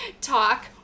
talk